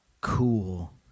Cool